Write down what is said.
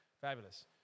Fabulous